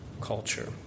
culture